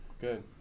good